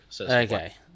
okay